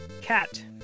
cat